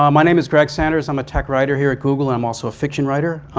um my name is greg sanders. i'm a tech writer here at google and i'm also a fiction writer.